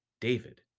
David